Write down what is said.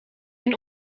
een